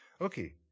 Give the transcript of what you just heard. okay